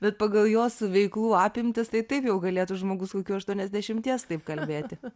bet pagal jos veiklų apimtis tai taip jau galėtų žmogus kokių aštuoniasdešimties taip kalbėti